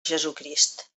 jesucrist